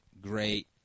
great